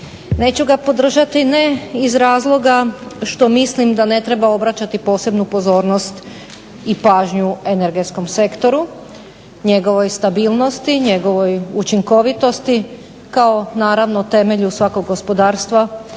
Neću ga podržati ne iz razloga što mislim da ne treba obraćati posebnu pozornost i pažnju energetskom sektoru, njegovoj stabilnosti, njegovoj učinkovitosti kao naravno temelju svakog gospodarstva